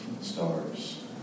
stars